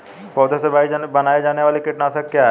पौधों से बनाई जाने वाली कीटनाशक क्या है?